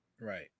Right